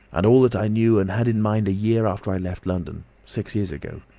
and all that i knew and had in mind a year after i left london six years ago.